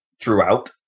throughout